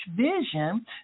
vision